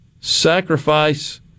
sacrifice